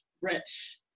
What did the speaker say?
rich